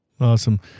Awesome